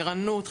ערנות,